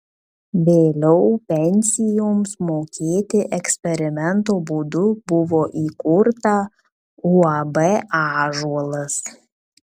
vėliau pensijoms mokėti eksperimento būdu buvo įkurta uab ąžuolas